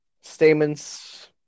Statements